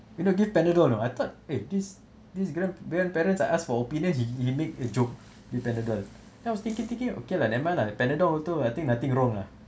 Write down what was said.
you know give panadol you know I thought eh this this grand grandparents I ask for opinion he he make a joke give panadol then I was thinking thinking okay lah never mind lah panadol also I think nothing wrong lah